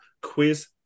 quiz